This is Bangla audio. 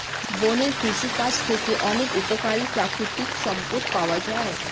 বনের কৃষিকাজ থেকে অনেক উপকারী প্রাকৃতিক সম্পদ পাওয়া যায়